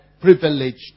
privileged